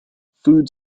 food